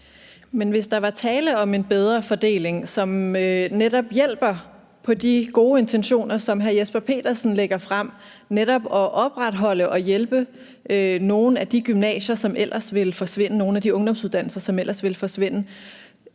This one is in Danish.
Men hvis der var tale om en bedre fordeling, som netop hjalp på de gode intentioner, som hr. Jesper Petersen jo lægger frem, om at opretholde og hjælpe nogle af de gymnasier, som ellers ville forsvinde – nogle af de ungdomsuddannelser, som ellers ville forsvinde